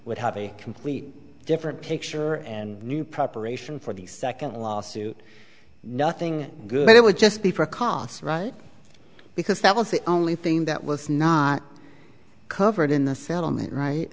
would have a complete different picture and new preparation for the second lawsuit nothing good it would just be for costs right because that was the only thing that was not covered in the settlement right